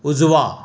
उजवा